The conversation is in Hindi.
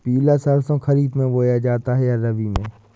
पिला सरसो खरीफ में बोया जाता है या रबी में?